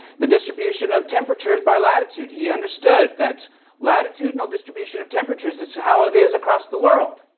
the distribution of temperatures by latitude, he understood that latitudinal distribution of temperatures is how it is across the world.